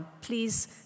please